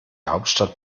hauptstadt